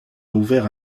ouvert